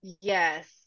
yes